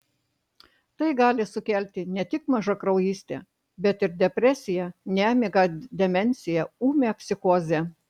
tai gali sukelti ne tik mažakraujystę bet ir depresiją nemigą demenciją ūmią psichozę